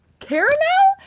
caramel?